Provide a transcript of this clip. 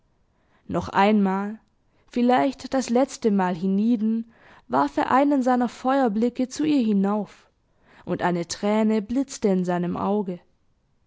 herabsah noch einmal vielleicht das letzte mal hienieden warf er einen seiner feuerblicke zu ihr hinauf und eine träne blitzte in seinem auge